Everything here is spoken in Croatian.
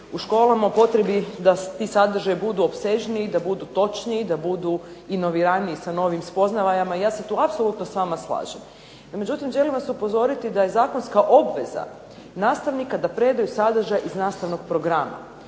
u školama, o potrebi da ti sadržaji budu opsežniji, da budu točniji, da budu inoviraniji sa novim spoznajama i ja se tu apsolutno s vama slažem. Međutim, želim vas upozoriti da je zakonska obveza nastavnika da predaju sadržaj iz nastavnog programa.